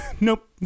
nope